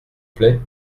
plait